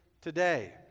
today